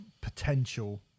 potential